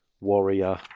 warrior